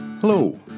Hello